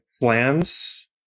plans